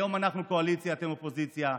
היום אנחנו קואליציה ואתם אופוזיציה,